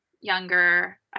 younger